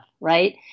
right